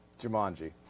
Jumanji